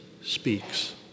speaks